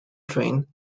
train